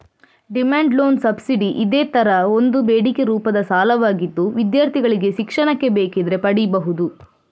demand loan subsidy ಇದೇ ತರದ ಒಂದು ಬೇಡಿಕೆ ರೂಪದ ಸಾಲವಾಗಿದ್ದು ವಿದ್ಯಾರ್ಥಿಗಳಿಗೆ ಶಿಕ್ಷಣಕ್ಕೆ ಬೇಕಿದ್ರೆ ಪಡೀಬಹುದು